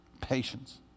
Patience